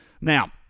Now